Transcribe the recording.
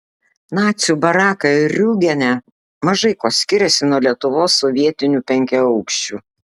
nacių barakai riūgene mažai kuo skiriasi nuo lietuvos sovietinių penkiaaukščių